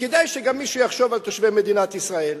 כדאי שגם מישהו יחשוב על תושבי מדינת ישראל.